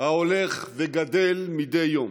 ההולך וגדל מדי יום.